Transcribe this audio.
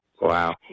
Wow